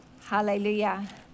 Hallelujah